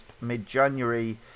mid-January